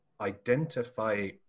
identify